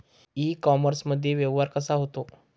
इ कामर्समंदी व्यवहार कसा होते?